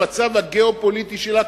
במצב הגיאו-פוליטי שלה,